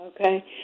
Okay